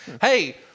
Hey